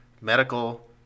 medical